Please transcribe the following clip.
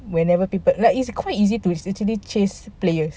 whenever people like it's quite easy to it's actually chase players